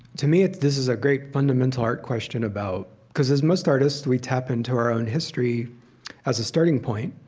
to me, this is a great fundamental art question about because as most artists, we tap into our own history as a starting point.